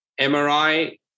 MRI